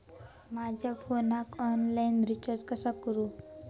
माझ्या फोनाक online recharge कसा करू?